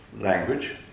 language